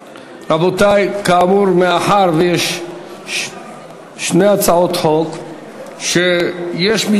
רבותי, כאמור, מאחר שיש שתי הצעות חוק שיש להן